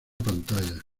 pantalla